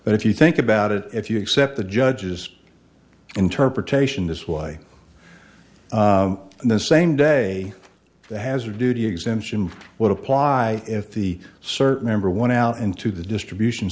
but if you think about it if you accept the judge's interpretation this way the same day the hazar duty exemption would apply if the certain number one out into the distribution